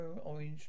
orange